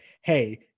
hey